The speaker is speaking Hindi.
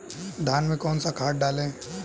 धान में कौन सा खाद डालें?